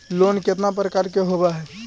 Loan केतना प्रकार के होव हइ?